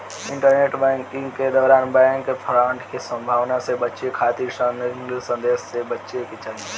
internet banking के दौरान bank fraud के संभावना से बचे खातिर संदिग्ध संदेश से बचे के चाही